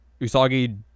Usagi